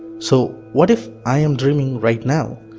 so what if i am dreaming right now?